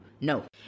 No